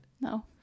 No